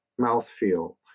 mouthfeel